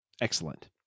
Excellent